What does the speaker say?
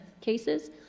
cases